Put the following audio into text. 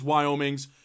Wyoming's